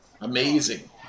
Amazing